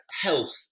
health